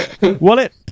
wallet